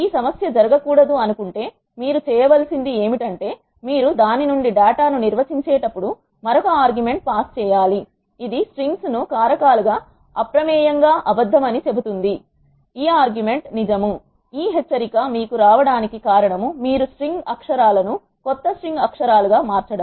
ఈ సమస్య జరగ కూడదు అను కుంటే మీరు చేయవలసినది ఏమిటంటే మీరు దాని నుండి డేటాను నిర్వచించేటప్పుడు మరొక ఆర్గ్యుమెంట్ పాస్ చేయాలి ఇది స్ట్రింగ్స్ ను కారకాలుగా అప్రమేయంగా అబద్ధమని చెబుతుంది ఈ ఆర్గ్యుమెంట్ నిజం ఈ హెచ్చరిక మీకు రావడానికి కారణం మీరు స్ట్రింగ్ అక్షరాలను కొత్త స్ట్రింగ్ అక్షరాలుగా మార్చడం